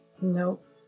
Nope